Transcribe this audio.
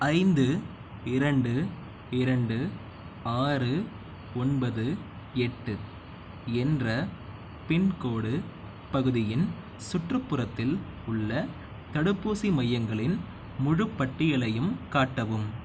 ஐந்து இரண்டு இரண்டு ஆறு ஒன்பது எட்டு என்ற பின்கோடு பகுதியின் சுற்றுப்புறத்தில் உள்ள தடுப்பூசி மையங்களின் முழுப் பட்டியலையும் காட்டவும்